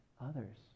others